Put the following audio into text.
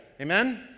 Amen